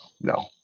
No